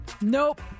Nope